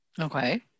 Okay